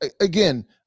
again